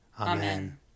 Amen